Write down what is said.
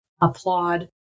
applaud